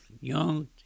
young